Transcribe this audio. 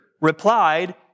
replied